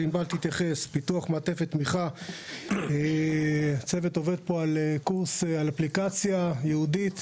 אליו ענבל תתייחס: פיתוח מעטפת תמיכה; הצוות עובד על אפליקציה ייעודית